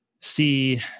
see